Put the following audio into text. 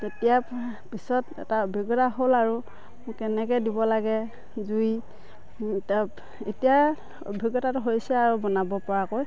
তেতিয়া পিছত এটা অভিজ্ঞতা হ'ল আৰু কেনেকৈ দিব লাগে জুই এতিয়া অভিজ্ঞতাটো হৈছে আৰু বনাব পৰাকৈ